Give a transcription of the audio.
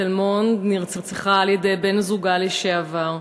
מתל-מונד נרצחה על-ידי בן-זוגה לשעבר.